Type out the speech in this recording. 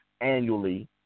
annually